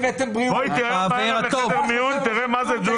בוא איתי הערב לחדר מיון, תראה מה זה ג'ונגל.